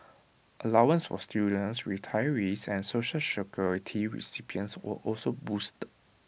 allowances for students retirees and Social Security recipients were also boosted